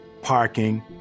parking